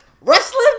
wrestling